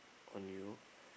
on you